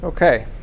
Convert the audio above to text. Okay